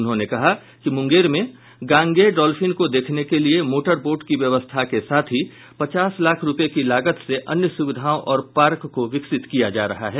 उन्होंने कहा कि मुंगेर में गांगेय डॉल्फिन को देखने के लिए मोटरबोट की व्यवस्था के साथ ही पचास लाख रुपये की लागत से अन्य सुविधाओं और पार्क को विकसित किया जा रहा है